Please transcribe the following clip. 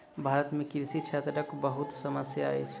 भारत में कृषि क्षेत्रक बहुत समस्या अछि